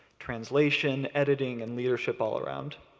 translation, editing, and leadership all around.